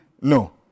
No